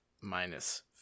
minus